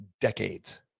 decades